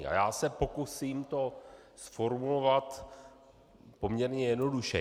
Já se pokusím to zformulovat poměrně jednoduše.